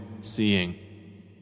seeing